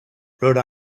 rhode